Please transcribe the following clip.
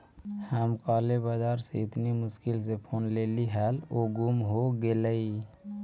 हम काले बाजार से इतनी मुश्किल से फोन लेली हल वो गुम हो गेलई